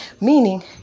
meaning